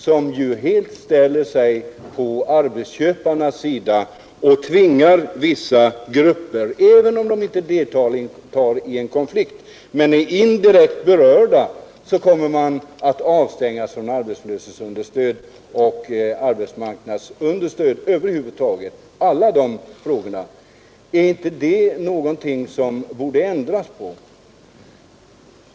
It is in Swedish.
De ställer sig ju helt på arbetsköparnas sida och avstänger även grupper som inte deltar i konflikten men som är indirekt berörda från arbetslöshetsunderstöd och arbetsmarknadsunderstöd över huvud taget. Är inte det någonting som borde ändras?